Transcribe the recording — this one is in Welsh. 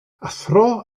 athro